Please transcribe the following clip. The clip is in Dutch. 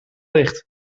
ligt